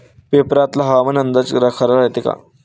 पेपरातला हवामान अंदाज खरा रायते का?